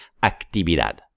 actividad